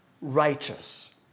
righteous